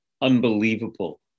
unbelievable